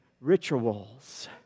rituals